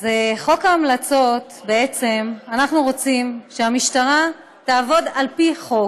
אז חוק ההמלצות: בעצם אנחנו רוצים שהמשטרה תעבוד על פי חוק,